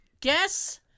Guess